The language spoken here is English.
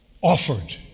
offered